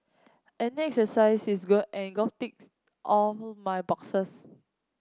any exercise is good and golf ticks all my boxes